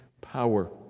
power